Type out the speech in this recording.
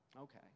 Okay